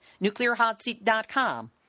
NuclearHotSeat.com